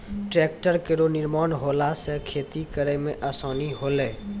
tractor केरो निर्माण होला सँ खेती करै मे आसानी होलै